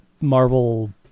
Marvel